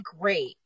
great